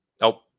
Nope